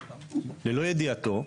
ללא ידיעתו,